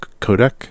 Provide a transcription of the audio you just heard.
codec